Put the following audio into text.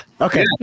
Okay